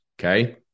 okay